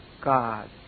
God